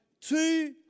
Two